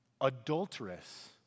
adulteress